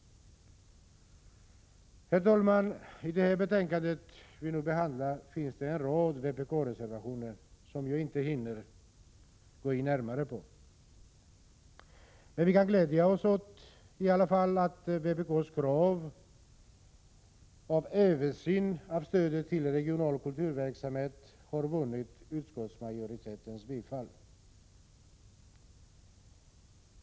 Herr talman! I detta betänkande som vi nu behandlar finns en rad vpk-reservationer som jag inte hinner gå närmare in på. Vi kan glädja oss åt att vpk:s krav på översyn av stöd till regional kulturell verksamhet vunnit utskottsmajoritetens bifall.